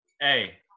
Hey